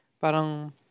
Parang